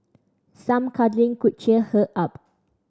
some cuddling could cheer her up